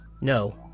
no